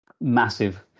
Massive